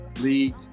League